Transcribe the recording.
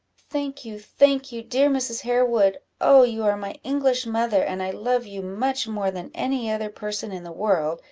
thank you, thank you, dear mrs. harewood! oh, you are my english mother, and i love you much more than any other person in the world,